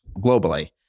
globally